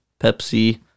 Pepsi